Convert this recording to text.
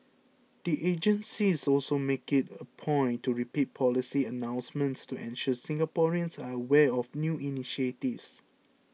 the agencies also make it a point to repeat policy announcements to ensure Singaporeans are aware of new initiatives